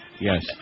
Yes